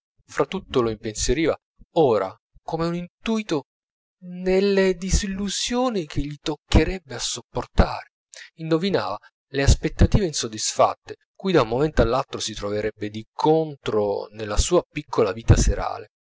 fra tutto lo impensieriva ora come un intuito delle disillusioni che gli toccherebbe a sopportare indovinava le aspettative insoddisfatte cui da un momento all'altro si troverebbe di contro nella sua piccola vita serale